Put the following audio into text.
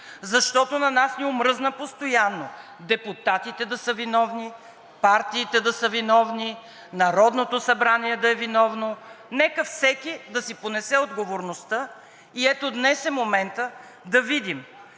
защото на нас ни омръзна постоянно депутатите да са виновни, партиите да са виновни, Народното събрание да е виновно. Нека всеки да си понесе отговорността! Ето, днес е моментът да видим